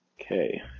Okay